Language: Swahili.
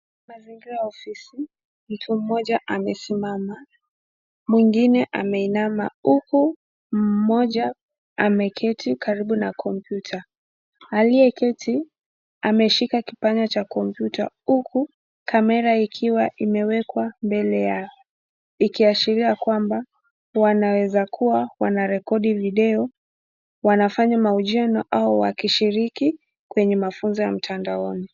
Mazingira ya ofisi mtu mmoja amesimama mwingine ameinama huku mmoja ameketi karibu na kompyuta. Aliyeketi ameshika kipanya cha kompyuta huku kamera ikiwa imewekwa mbele yao ikiashiria ya kwamba wanaeza kuwa wanarekodi video wanafanya mahojiano au wakishiriki kwa mafunzo ya mtandaoni.